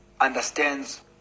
understands